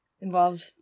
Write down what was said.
involved